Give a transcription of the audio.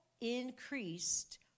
increased